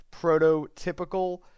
prototypical